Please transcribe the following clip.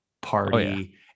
party